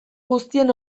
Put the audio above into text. guztien